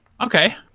Okay